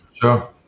Sure